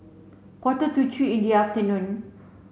quarter to three in the afternoon